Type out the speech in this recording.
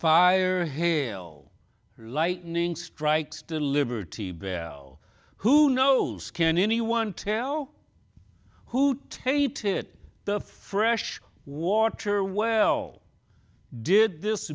fire hail lightning strikes the liberty bell who knows can anyone tell who taped it the fresh water well did this